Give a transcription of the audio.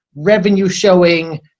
revenue-showing